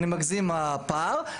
אני מגזים בפער.